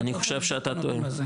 אני חושב שאתה טועה.